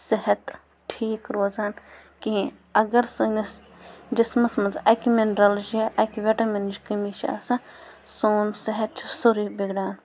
صحت ٹھیٖک روزان کِہیٖنٛۍ اگر سٲنِس جِسمس منٛز اَکہِ مِنرَلٕچ یا اَکہِ وِٹامِنٕچ کٔمی چھِ آسان سون صحت چھُ سورُے بِگڑان